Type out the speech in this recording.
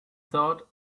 thought